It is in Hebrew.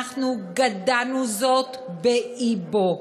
אנחנו גדענו את הדבר באבו.